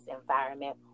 environment